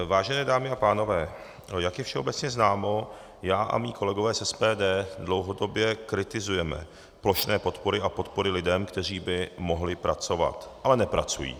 Vážené dámy a pánové, jak je všeobecně známo, já a moji kolegové z SPD dlouhodobě kritizujeme plošné podpory a podpory lidem, kteří by mohli pracovat, ale nepracují.